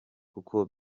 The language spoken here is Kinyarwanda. kuko